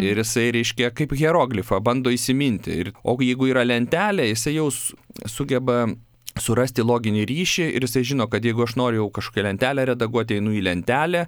ir jisai reiškia kaip hieroglifą bando įsiminti ir o jeigu yra lentelė jisai jau su sugeba surasti loginį ryšį ir jisai žino kad jeigu aš noriu jau kažkokią lentelę redaguot einu į lentelę